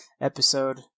episode